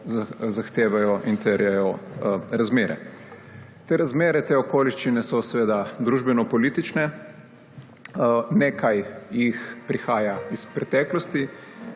zahtevajo in terjajo razmere. Te razmere, te okoliščine so seveda družbenopolitične. Nekaj jih prihaja iz preteklosti,